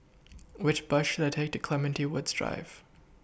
Which Bus should I Take to Clementi Woods Drive